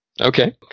Okay